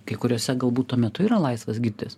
kai kuriose galbūt tuo metu yra laisvas gydytojas